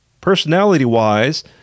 Personality-wise